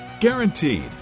Guaranteed